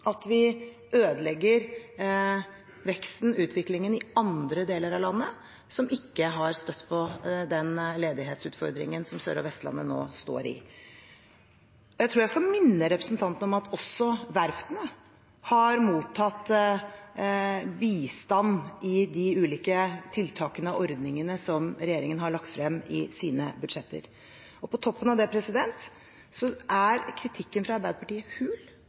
at vi ødelegger veksten og utviklingen i andre deler av landet som ikke har støtt på den ledighetsutfordringen som Sør- og Vestlandet nå står i. Jeg tror jeg skal minne representanten om at også verftene har mottatt bistand i de ulike tiltakene og ordningene som regjeringen har lagt frem i sine budsjetter. Og på toppen av det er kritikken fra Arbeiderpartiet hul,